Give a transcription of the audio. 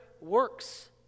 works